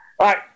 right